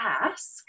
ask